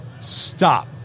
Stop